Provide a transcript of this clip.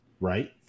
right